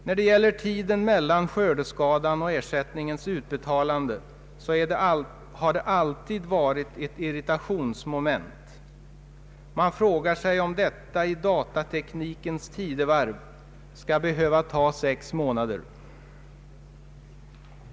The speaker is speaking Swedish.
När det gäller tiden mellan skördeskadan och ersättningens utbetalande, har irritation alltid rått. Man frågar sig om det i datateknikens tidevarv skall behöva gå sex månader.